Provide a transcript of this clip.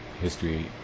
history